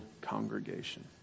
congregation